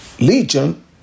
Legion